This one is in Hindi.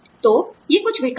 तो ये कुछ विकल्प हैं